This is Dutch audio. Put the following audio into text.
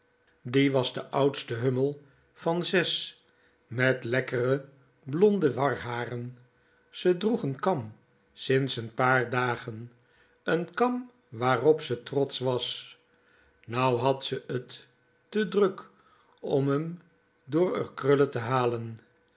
die was de oudste hummel van zes met lekkere blonde warharen ze droeg n kam sinds n paar dagen n kam waarop ze trdtsch was nou had ze t te druk om m door r krullen te halen